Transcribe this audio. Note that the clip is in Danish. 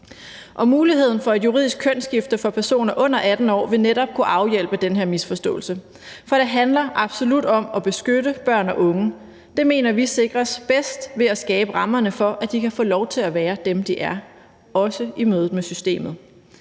Muligheden for et juridisk kønsskifte for personer under 18 år vil netop kunne afhjælpe den her misforståelse, for det handler absolut om at beskytte børn og unge, og det mener vi sikres bedst ved at skabe rammerne for, at de kan få lov til at være dem, de er – også i mødet med systemet.